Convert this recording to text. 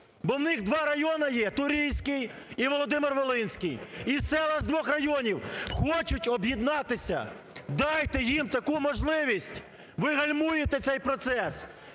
бо в них два райони є: Турійський і Володимир-Волинський. І села з двох районів хочуть об'єднатися, дайте їм таку можливість. Ви гальмуєте цей процес,